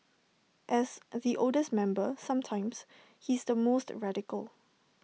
as the oldest member sometimes he's the most radical